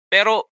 Pero